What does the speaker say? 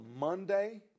Monday